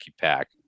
Pack